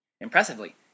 Impressively